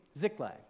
Ziklag